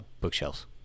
bookshelves